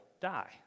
die